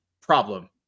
Problem